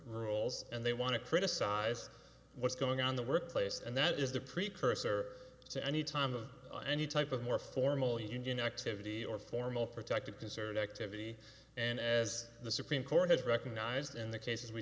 rules and they want to criticize what's going on the workplace and that is the precursor to any time of any type of more formal union activity or formal protective concerned activity and as the supreme court has recognized in the cases we